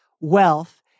wealth